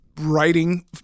writing